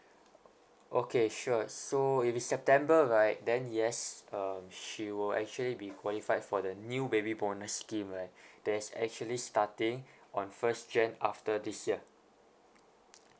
okay sure so if it's september right then yes uh she will actually be qualified for the new baby bonus scheme right that is actually starting on first jan after this year